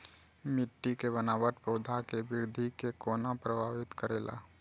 मिट्टी के बनावट पौधा के वृद्धि के कोना प्रभावित करेला?